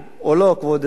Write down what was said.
כבוד שר הפנים,